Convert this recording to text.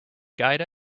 guide